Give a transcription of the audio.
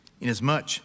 inasmuch